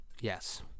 Yes